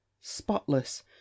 spotless